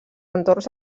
entorns